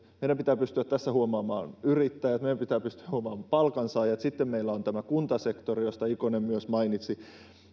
meidän pitää pystyä tässä huomaamaan yrittäjät meidän pitää pystyä huomaamaan palkansaajat sitten meillä on tämä kuntasektori josta ikonen myös mainitsi